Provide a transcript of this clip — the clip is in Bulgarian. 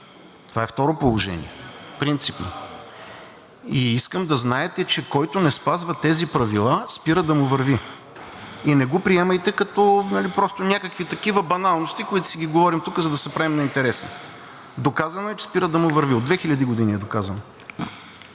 Това е второ положение. Принципно. И искам да знаете, че който не спазва тези правила, спира да му върви. И не го приемайте като просто някакви такива баналности, които си говорим тук, за да се правя на интересен. Доказано е, че спира да му върви. От 2000 години е доказано.